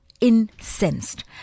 incensed